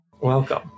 Welcome